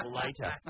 later